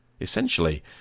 Essentially